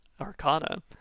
Arcana